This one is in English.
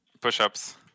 Push-ups